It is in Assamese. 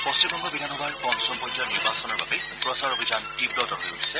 পশ্চিমবংগ বিধানসভাৰ পঞ্চম পৰ্যায়ৰ নিৰ্বাচনৰ বাবে প্ৰচাৰ অভিযান তীৱতৰ হৈ উঠিছে